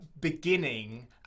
beginning